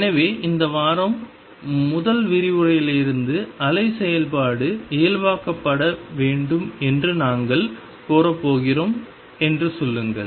எனவே இந்த வாரம் முதல் விரிவுரையிலிருந்து அலை செயல்பாடு இயல்பாக்கப்பட வேண்டும் என்று நாங்கள் கோரப் போகிறோம் என்று சொல்லுங்கள்